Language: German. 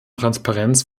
transparenz